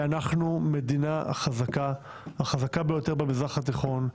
ואנחנו המדינה החזקה ביותר במזרח התיכון,